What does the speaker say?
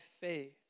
faith